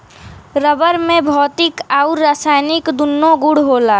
rubber में भौतिक आउर रासायनिक दून्नो गुण होला